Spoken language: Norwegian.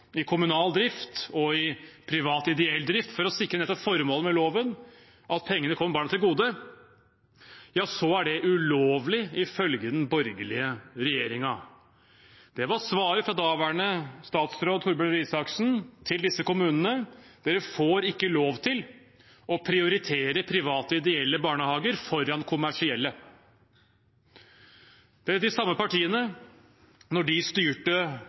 i kommunal drift og i privat ideell drift for å sikre nettopp formålet med loven – at pengene skal komme barna til gode – er det ulovlig ifølge den borgerlige regjeringen. Det var svaret fra daværende statsråd Torbjørn Røe Isaksen til disse kommunene: Dere får ikke lov til å prioritere private ideelle barnehager foran kommersielle. Da de samme partiene styrte hovedstaden i årene før, vedtok de